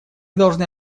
должны